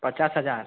पचास हजार